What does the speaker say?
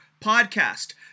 podcast